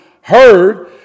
heard